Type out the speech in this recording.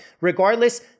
Regardless